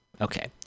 Okay